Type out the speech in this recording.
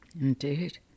Indeed